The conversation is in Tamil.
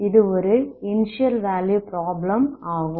இது ஒரு இனிஸியல் வேல்யூ ப்ராப்ளம் ஆகும்